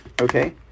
Okay